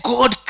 God